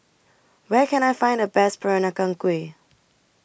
Where Can I Find The Best Peranakan Kueh